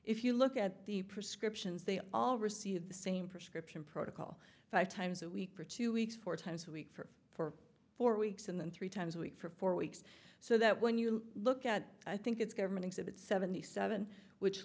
if you look at the prescriptions they all receive the same prescription protocol five times a week for two weeks four times a week for for four weeks and then three times a week for four weeks so that when you look at i think it's government exhibit seventy seven which